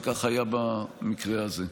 וכך היה במקרה הזה.